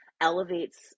elevates